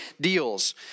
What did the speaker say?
deals